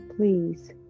Please